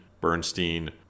Bernstein